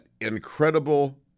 incredible